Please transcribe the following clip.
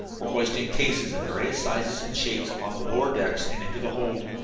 were hoisting cases of various sizes and shapes upon the lower decks and into the hold.